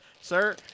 sir